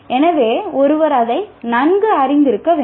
எனவே ஒருவர் அதை நன்கு அறிந்திருக்க வேண்டும்